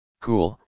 Cool